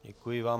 Děkuji vám.